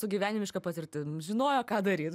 su gyvenimiška patirtim žinojo ką daryt